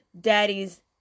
daddy's